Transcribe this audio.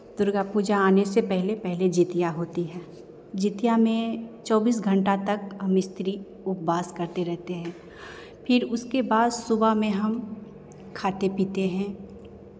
दुर्गा पूजा आने से पहले पहले जितिया होती है जितिया में चौबीस घंटा तक हम स्त्री उपवास करते रहते हैं फिर उसके बाद सुबह में हम खाते पीते हैं